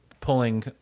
Pulling